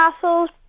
Castles